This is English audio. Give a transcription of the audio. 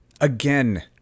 Again